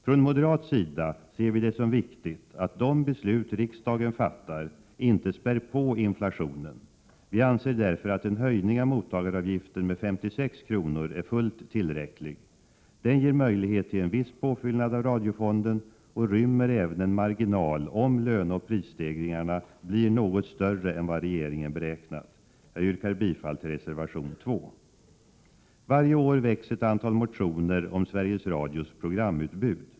Från moderat sida ser vi det som viktigt att de beslut riksdagen fattar inte späder på inflationen. Vi anser därför att en höjning av mottagaravgiften med 56 kr. är fullt tillräcklig. Den ger möjlighet till en viss påfyllnad av radiofonden och rymmer även en marginal om löneoch prisstegringarna blir något större än vad regeringen beräknat. Jag yrkar bifall till reservation 2. Varje år väcks ett antal motioner om Sveriges Radios programutbud.